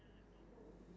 but that happen